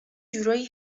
جورایی